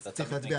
אז צריך להצביע,